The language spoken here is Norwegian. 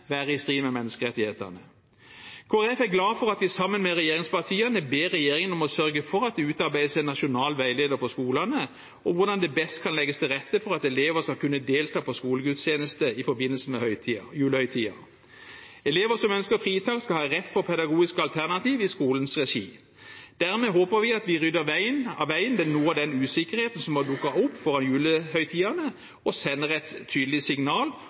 være i strid med menneskerettighetene. Kristelig Folkeparti er glad for at vi sammen med regjeringspartiene ber regjeringen om å sørge for at det utarbeides en nasjonal veileder for skolene om hvordan det best kan legges til rette for at elever skal kunne delta på skolegudstjeneste i forbindelse med julehøytiden. Elever som ønsker fritak, skal ha rett på pedagogiske alternativ i skolens regi. Dermed håper vi at vi rydder av veien noe av den usikkerheten som har dukket opp foran julehøytiden, og sender et tydelig signal